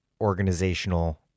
organizational